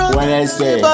Wednesday